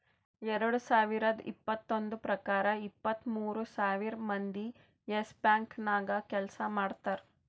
ಎರಡು ಸಾವಿರದ್ ಇಪ್ಪತ್ತೊಂದು ಪ್ರಕಾರ ಇಪ್ಪತ್ತು ಮೂರ್ ಸಾವಿರ್ ಮಂದಿ ಯೆಸ್ ಬ್ಯಾಂಕ್ ನಾಗ್ ಕೆಲ್ಸಾ ಮಾಡ್ತಾರ್